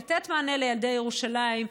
לתת מענה לילדי ירושלים,